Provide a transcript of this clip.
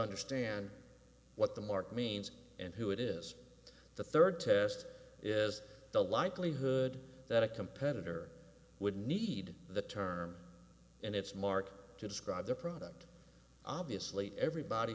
understand what the market means and who it is the third test is the likelihood that a competitor would need the term and its market to describe their product obviously everybody